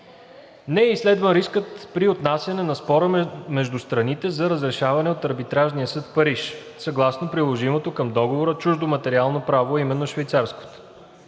е изследван рискът при отнасяне на спора между страните за разрешаване от Арбитражен съд в Париж съгласно приложимото към Договора чуждо материално право, а именно швейцарското.